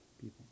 people